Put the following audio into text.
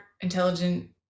intelligent